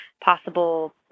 Possible